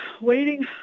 waiting